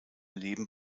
leben